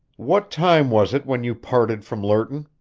what time was it when you parted from lerton?